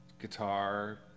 guitar